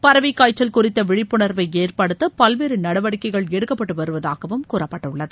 பறவைக் காய்ச்சல் குறித்த விழிப்புணர்வை ஏற்படுத்த பல்வேறு நடவடிக்கைகள் எடுக்கப்பட்டு வருவதாகவும் கூறப்பட்டுள்ளது